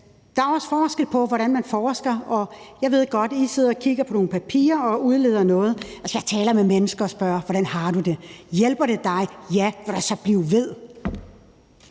Der er også forskel på, hvordan man forsker. Jeg ved godt, at I sidder og kigger på nogle papirer og udleder noget. Altså, jeg taler med mennesker og spørger: Hvordan har du det? Hjælper det dig? Ja. Ved du hvad, så bliv ved.